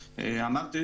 הפריסה.